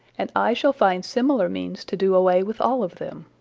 and i shall find similar means to do away with all of them.